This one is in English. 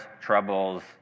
troubles